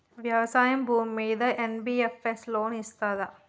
వ్యవసాయం భూమ్మీద NBFS loan ఇస్తదా?